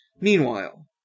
Meanwhile